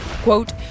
Quote